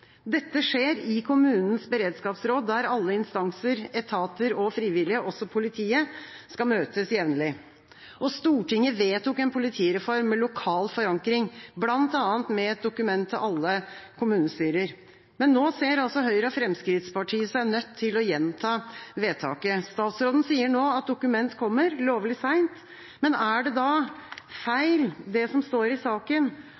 Dette skjer i kommunens beredskapsråd, der alle instanser, etater og frivillige – også politiet – skal møtes jevnlig. Stortinget vedtok en politireform med lokal forankring, bl.a. med et dokument til alle kommunestyrer. Men nå ser altså Høyre og Fremskrittspartiet seg nødt til å gjenta vedtaket. Statsråden sier nå at dokumentet kommer – lovlig seint – men er det da feil det som står i saken,